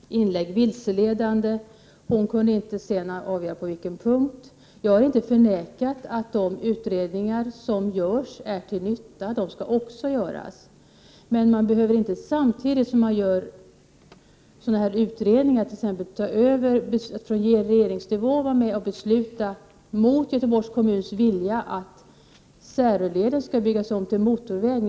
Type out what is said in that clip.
Fru talman! Birgitta Dahl kallar mitt inlägg vilseledande, men hon angav inte på vilken punkt. Jag har inte förnekat att de utredningar som görs är till nytta. De skall göras. Men behöver regeringen, samtidigt som utredningarna pågår, besluta - mot Göteborgs kommuns vilja — att Säröleden skall byggas om till motorväg?